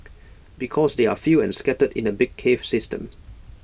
because they are few and scattered in A big cave system